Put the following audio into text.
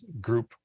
group